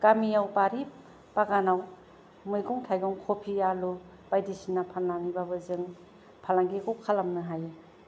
गामियाव बारि बागानाव मैगं थाइगं कफि आलु बायदिसिना फाननानैबाबो जों फालांगिखौ खालामनो हायो